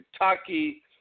Kentucky